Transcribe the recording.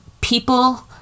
people